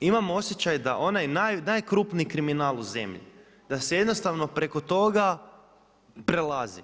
imam osjećaj da onaj najkrupniji kriminal u zemlji da se jednostavno preko toga prelazi.